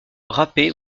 râpé